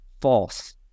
false